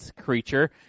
creature